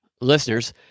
listeners